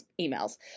emails